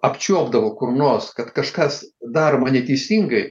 apčiuopdavo kur nors kad kažkas daroma neteisingai